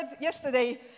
yesterday